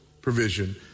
provision